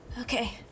Okay